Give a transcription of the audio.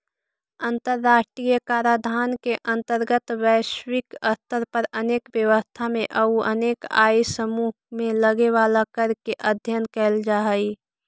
अंतर्राष्ट्रीय कराधान के अंतर्गत वैश्विक स्तर पर अनेक व्यवस्था में अउ अनेक आय समूह में लगे वाला कर के अध्ययन कैल जा हई